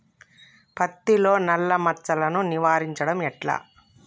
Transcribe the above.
పత్తిలో నల్లా మచ్చలను నివారించడం ఎట్లా?